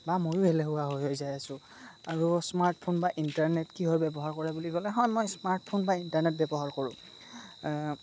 বা মইয়ো এলেহুৱা হৈ হৈ যাই আছোঁ আৰু স্মাৰ্টফোন বা ইণ্টাৰনেট কিয় ব্যৱহাৰ কৰে বুলি ক'লে হয় মই স্মাৰ্টফোন বা ইণ্টাৰনেট ব্যৱহাৰ কৰোঁ